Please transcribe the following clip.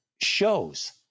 shows